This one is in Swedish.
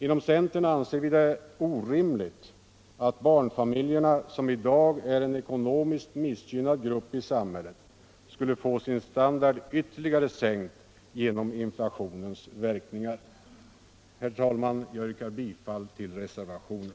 Inom centern anser vi det orimligt att barnfamiljerna, som i dag är en ekonomiskt missgynnad grupp i samhället, skulle få sin standard ytterligare sänkt genom inflationens verkningar. Herr talman! Jag yrkar bifall till reservationen.